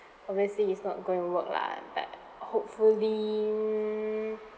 obviously it's not going to work lah but hopefully